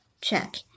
check